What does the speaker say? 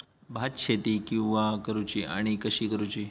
भात शेती केवा करूची आणि कशी करुची?